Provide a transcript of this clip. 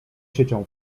siecią